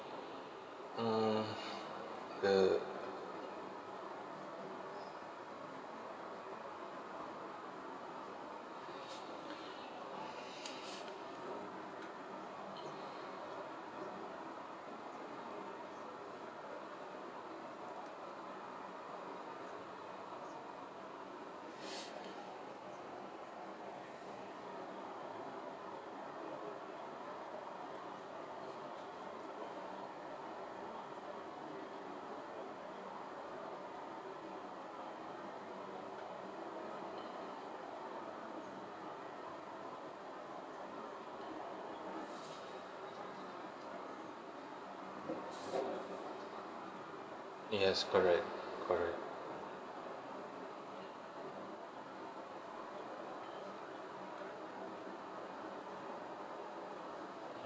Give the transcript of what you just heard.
uh the yes correct correct